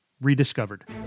rediscovered